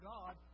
God